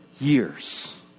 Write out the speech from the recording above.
years